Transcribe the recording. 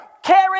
Carry